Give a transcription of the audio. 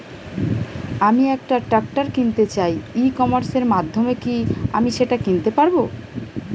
আমি একটা ট্রাক্টর কিনতে চাই ই কমার্সের মাধ্যমে কি আমি সেটা কিনতে পারব?